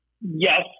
yes